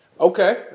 Okay